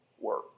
work